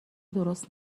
درست